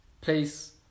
place